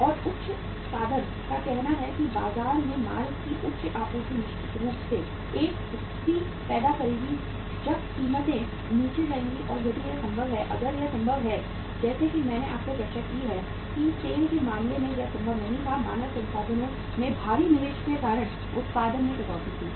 और उच्च साधन का कहना है कि बाजार में माल की उच्च आपूर्ति निश्चित रूप से एक स्थिति पैदा करेगी जब कीमतें नीचे जाएंगी और यदि यह संभव है अगर यह संभव है जैसा कि मैंने आपसे चर्चा की है कि सेल के मामले में यह संभव नहीं था मानव संसाधनों में भारी निवेश के कारण उत्पादन में कटौती हुई